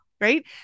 Right